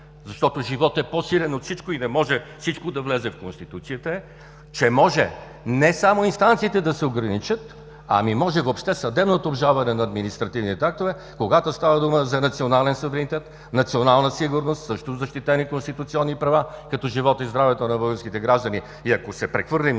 защото животът е по-силен от всичко и не може всичко да влезе в Конституцията, че може не само инстанциите да се ограничат, ами може въобще съдебното обжалване на административните актове, когато става дума за национален суверенитет, национална сигурност – също защитени конституционни права, като живота и здравето на българските граждани, и ако се прехвърлим